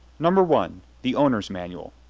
number one the owner's manual.